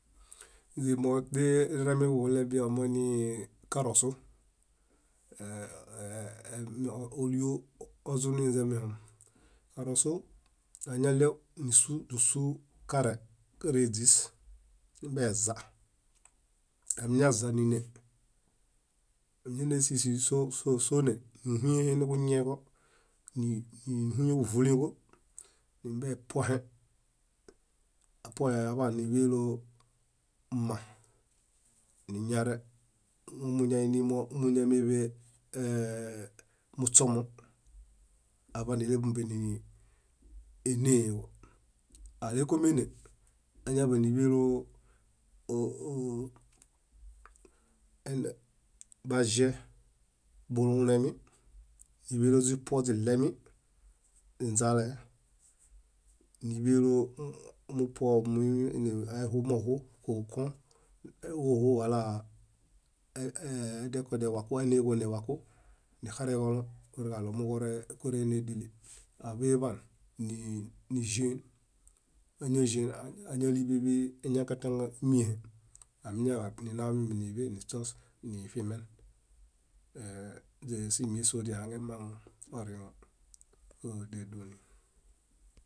. Ínze moźiremi buɦulebio moini karosu, ólio ozuninzemihom. Karosu añaɭew nísu kare káreźis nimbieizah amiñaza níne. Añanesisis sóne nihuyenhe niġuñieġo nihuyen ġuvuliġo, nimbiepohe apuoheaḃan níḃelo mma niñare moñaini momuñameḃe muśomo aḃanileḃumbie níneeḃo. Alekomene, añaḃaniḃelo baĵie bulunemi níḃelo źipuoźiɭeemi inzalae níḃelo mupuo muini aiɦumoɦu ġukoŋ aiɦuġoɦu wala áneġonewaku nikareġolo purġalo muġukorenedili níĵeen. Añaĵen añalieñankata amiñaḃan ninaniśos niṗimen inzesimieṗ síhiźiɦaŋemaŋ oriŋo kádeduni.